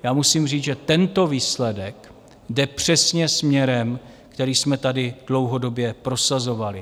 Já musím říct, že tento výsledek jde přesně směrem, který jsme tady dlouhodobě prosazovali.